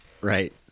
Right